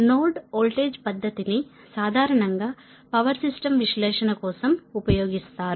node voltage పద్ధతిని సాధారణంగా power system విశ్లేషణ కోసం ఉపయోగిస్తారు